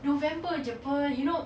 november jer [pe] you know